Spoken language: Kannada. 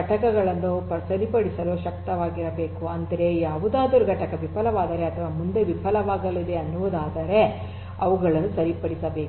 ಘಟಕವನ್ನು ಸರಿಪಡಿಸಲು ಶಕ್ತವಾಗಿರಬೇಕು ಅಂದರೆ ಯಾವುದಾದರೂ ಘಟಕ ವಿಫಲವಾದರೆ ಅಥವಾ ಮುಂದೆ ವಿಫಲವಾಗಲಿದೆ ಅನ್ನುವುದಾದರೆ ಅವುಗಳನ್ನು ಸರಿಪಡಿಸಬೇಕು